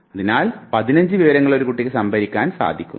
അതിനാൽ 15 വിവരങ്ങൾ ഒരു കുട്ടിക്ക് സംഭരിക്കുവാൻ സാധിക്കുന്നു